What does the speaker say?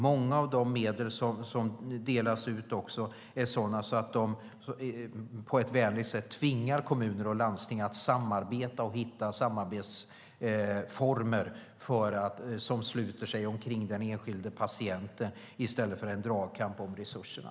Många av de medel som delas ut är också sådana att de - på ett vänligt sätt - tvingar kommuner och landsting att samarbeta och hitta samarbetsformer som sluter sig omkring den enskilde patienten, i stället för att det blir en dragkamp om resurserna.